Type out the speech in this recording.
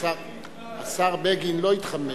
השר בגין לא התחמק,